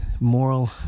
moral